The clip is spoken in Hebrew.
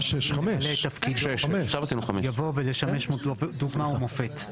'למלא את תפקידו' יבוא 'ולשמש דוגמה ומופת'.